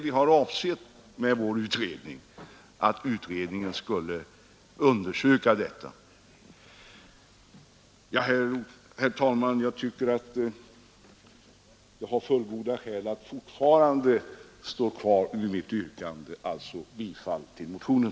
Vi har med vår motion avsett att utredningen skulle undersöka just detta. Herr talman! Jag anser mig ha fullgoda skäl att fortfarande stå kvar vid mitt yrkande om bifall till motionen.